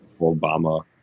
Obama